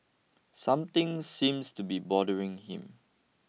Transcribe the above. something seems to be bothering him